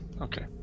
Okay